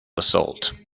assault